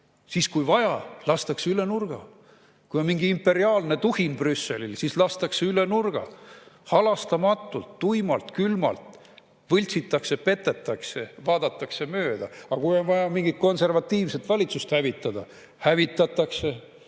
siis kui vaja, lastakse üle nurga. Kui mingi imperiaalne tuhin Brüsselil, siis lastakse üle nurga. Halastamatult, tuimalt, külmalt võltsitakse, petetakse, vaadatakse mööda, aga kui on vaja mingit konservatiivset valitsust hävitada, hävitatakse.